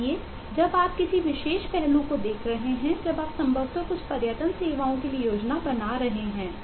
इसलिए जब आप किसी विशेष पहलू को देख रहे हैं जब आप संभवतः कुछ पर्यटन सेवाओं के लिए योजना बना रहे हैं